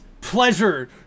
pleasure